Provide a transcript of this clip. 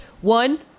one